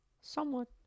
Somewhat